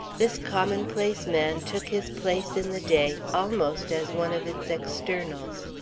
this commonplace man took his place in the day almost as one of its externals.